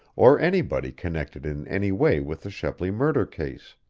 or anybody connected in any way with the shepley murder case.